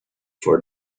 for